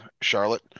charlotte